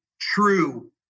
true